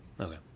Okay